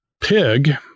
Pig